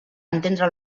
entendre